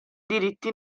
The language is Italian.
diritti